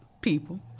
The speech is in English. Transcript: people